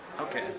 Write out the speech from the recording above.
Okay